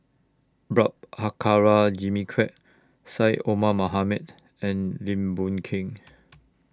Prabhakara Jimmy Quek Syed Omar Mohamed and Lim Boon Keng